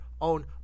own